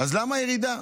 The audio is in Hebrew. אז למה ירידה?